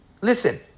Listen